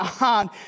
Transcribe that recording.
on